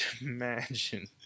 imagine